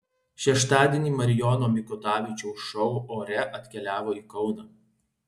šeštadienį marijono mikutavičiaus šou ore atkeliavo į kauną